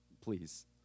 please